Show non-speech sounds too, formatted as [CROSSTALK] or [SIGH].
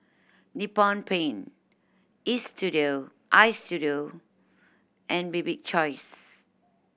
Nippon Paint [UNINTELLIGIBLE] Istudio and Bibik choice